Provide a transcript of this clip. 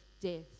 death